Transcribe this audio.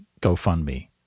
GoFundMe